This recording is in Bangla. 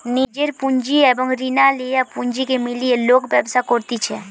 নিজের পুঁজি এবং রিনা লেয়া পুঁজিকে মিলিয়ে লোক ব্যবসা করতিছে